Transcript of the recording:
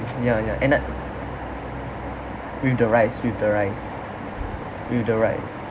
ya ya and I with the rice with the rice with the rice